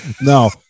No